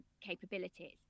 capabilities